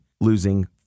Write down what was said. losing